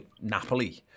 Napoli